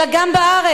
אלא גם בארץ.